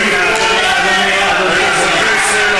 שמפניה ורודה, שמפניה,